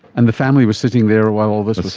and the family were sitting there while all this was